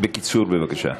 בקיצור בבקשה.